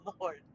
Lord